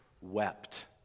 wept